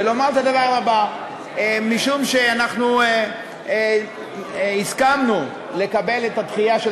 לומר את הדבר הבא: משום שאנחנו הסכמנו לקבל את הדחייה של